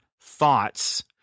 thoughts